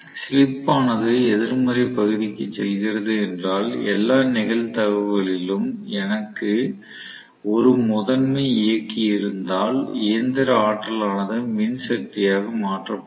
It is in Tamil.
ஸ்லிப் ஆனது எதிர்மறை பகுதிக்குச் செல்கிறது என்றால் எல்லா நிகழ்தகவுகளிலும் எனக்கு ஒரு முதன்மை இயக்கி இருந்தால் இயந்திர ஆற்றலானது மின் சக்தியாக மாற்றப்படும்